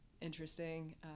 interesting